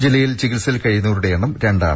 ജില്ലയിൽ ചികിത്സയിൽ കഴിയുന്നവരുടെ എണ്ണം രണ്ടാണ്